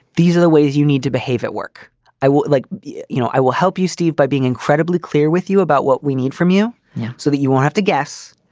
these are the ways you need to behave at work i would like you you know, i will help you, steve, by being incredibly clear with you about what we need from you so that you won't have to guess.